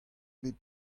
bet